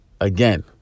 again